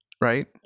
right